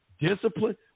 discipline